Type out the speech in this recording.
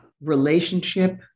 relationship